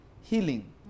healing